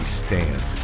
stand